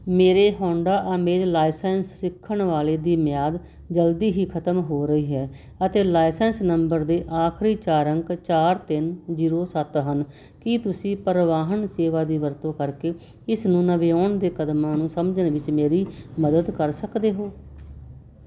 ਮੇਰੇ Honda Amaze licence ਸਿੱਖਣ ਵਾਲੇ ਦੀ ਮਿਆਦ ਜਲਦੀ ਹੀ ਖਤਮ ਹੋ ਰਹੀ ਹੈ ਅਤੇ ਲਾਇਸੈਂਸ ਨੰਬਰ ਦੇ ਆਖਰੀ ਚਾਰ ਅੰਕ ਚਾਰ ਤਿੰਨ ਜ਼ੀਰੋ ਸੱਤ ਹਨ ਕੀ ਤੁਸੀਂ ਪਰਿਵਾਹਨ ਸੇਵਾ ਦੀ ਵਰਤੋਂ ਕਰਕੇ ਇਸ ਨੂੰ ਨਵਿਆਉਣ ਦੇ ਕਦਮਾਂ ਨੂੰ ਸਮਝਣ ਵਿੱਚ ਮੇਰੀ ਮਦਦ ਕਰ ਸਕਦੇ ਹੋ